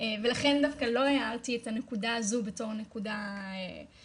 ולכן דווקא לא היה הארתי את הנקודה הזאת בתור נקודה לציון.